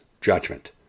judgment